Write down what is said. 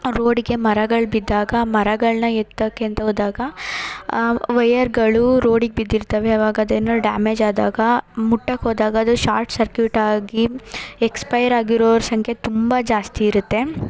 ರೋಡಿಗೆ ಮರಗಳು ಬಿದ್ದಾಗ ಮರಗಳನ್ನು ಎತ್ತೋಕೆ ಅಂತ ಹೋದಾಗ ವೈಯರ್ಗಳು ರೋಡಿಗೆ ಬಿದ್ದಿರ್ತವೆ ಆವಾಗ ಅದೇನಾರು ಡ್ಯಾಮೇಜ್ ಆದಾಗ ಮುಟ್ಟಕ್ಕೆ ಹೋದಾಗ ಅದು ಶಾರ್ಟ್ ಸರ್ಕ್ಯೂಟ್ ಆಗಿ ಎಕ್ಸ್ಪೈರ್ ಆಗಿರೋರು ಸಂಖ್ಯೆ ತುಂಬ ಜಾಸ್ತಿ ಇರುತ್ತೆ